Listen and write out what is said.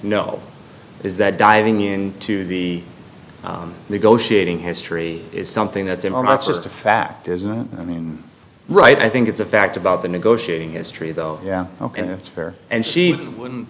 know is that diving in to the negotiating history is something that's in all not just a fact isn't i mean right i think it's a fact about the negotiating history though yeah ok that's fair and she wouldn't